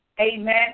Amen